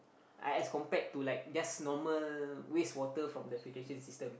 as compared to like just normal waste water from the filtration system